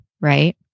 right